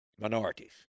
minorities